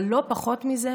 אבל לא פחות מזה,